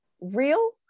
real